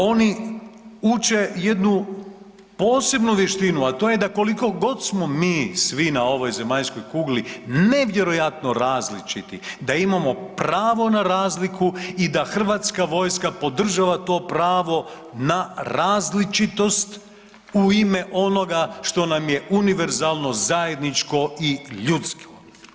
Oni uče jednu posebnu vještinu, a to je da koliko god smo mi svi na ovoj zemaljskoj kugli nevjerojatno različiti, da imamo pravo na razliku i da HV podržava to pravo na različitost u ime onoga što nam je univerzalno zajedničko i ljudsko.